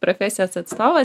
profesijos atstovas